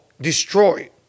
destroy